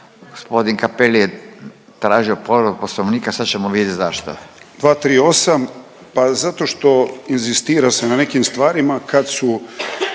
Gospodin Cappelli je tražio povredu Poslovnika sad ćemo vidjeti zašto.